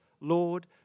Lord